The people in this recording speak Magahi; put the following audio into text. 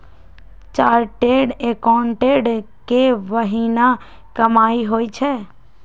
चार्टेड एकाउंटेंट के बनिहा कमाई होई छई